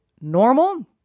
normal